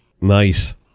Nice